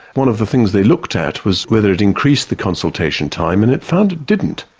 one of the things they looked at was whether it increased the consultation time, and it found it didn't.